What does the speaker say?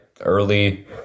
early